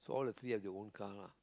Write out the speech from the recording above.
so all the three have their own car lah